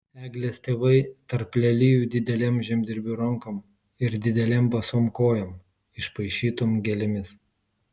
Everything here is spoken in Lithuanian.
eglės tėvai tarp lelijų didelėm žemdirbių rankom ir didelėm basom kojom išpaišytom gėlėmis